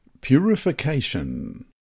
Purification